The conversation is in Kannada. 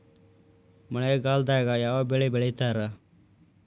ಮಳೆಗಾಲದಾಗ ಯಾವ ಬೆಳಿ ಬೆಳಿತಾರ?